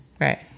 Right